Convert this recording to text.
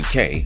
UK